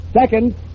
Second